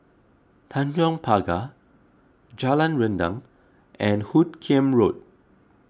Tanjong Pagar Jalan Rendang and Hoot Kiam Road